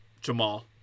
Jamal